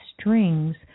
strings